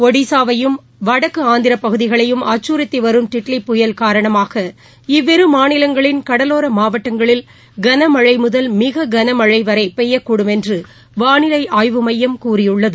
ஒடிஸாவையும் வடக்கு ஆந்திர பகுதிகளையும் அச்சுறுத்தி வரும் டிட்லி புயல் காரணமாக இவ்விரு மாநிலங்களின் கடலோரப் மாவட்டங்களில் கனமழை முதல் மிகக்கன மழை பெய்யும் என்று வானிலை ஆய்வு மையம் கூறியுள்ளது